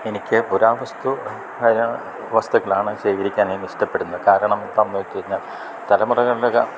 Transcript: എനിക്കു പുരാവസ്തുമായ വസ്തുക്കളാണു ശേഖരിക്കാൻ ഇഷ്ടപ്പെടുന്നത് കാരണം എന്താണെന്നുവച്ചുകഴിഞ്ഞാല് തലമുറകള്